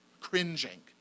cringing